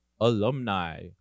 Alumni